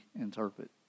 interpret